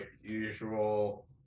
usual